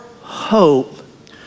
hope